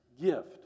gift